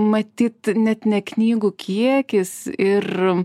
matyt net ne knygų kiekis ir